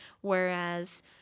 Whereas